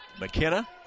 McKenna